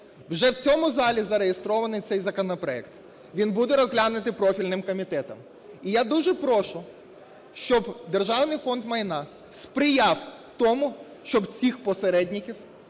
Вже в цьому залі зареєстрований цей законопроект. Він буде розглянутий профільним комітетом. І я дуже прошу, щоб Державний фонд майна сприяв тому, щоб цих посередників,